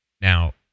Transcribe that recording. Now